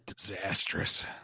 disastrous